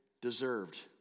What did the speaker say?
deserved